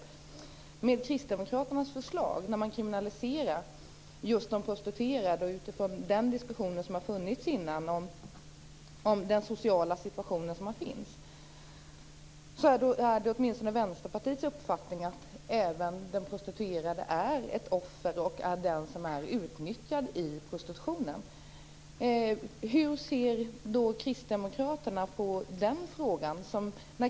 I fråga om kristdemokraternas förslag att kriminalisera de prostituerade, och utifrån den diskussionen som har förts om den sociala situationen, är det åtminstone Vänsterpartiets uppfattning att även den prostituerade är ett offer och är den som är utnyttjad i prostitutionen. Hur ser kristdemokraterna på denna fråga?